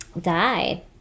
died